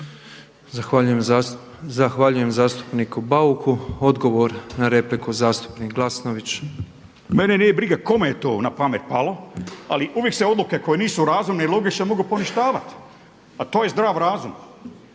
Zahvaljujem zastupniku Bauku. Odgovor na repliku zastupnik Glasnović. **Glasnović, Željko (Nezavisni)** Mene nije briga kome je to na pamet palo, ali uvijek se odluke koje nisu razumne i logične mogu poništavat. A to je zdrav razum.